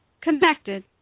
connected